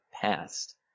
past